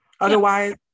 Otherwise